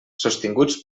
sostinguts